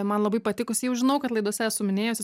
man labai patikusi jau žinau kad laidose esu minėjusi